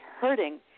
hurting